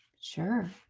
Sure